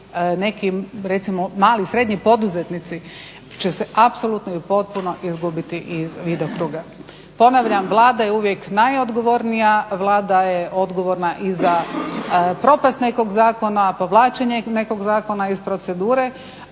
nekim recimo mali i srednji poduzetnici će se apsolutno i potpuno izgubiti iz vidokruga. Ponavljam Vlada je uvijek najodgovornija, Vlada je odgovorna i za propast nekog zakona, povlačenje nekog zakona iz procedure.